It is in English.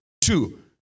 two